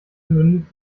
mündet